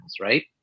right